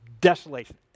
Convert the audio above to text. desolation